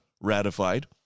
ratified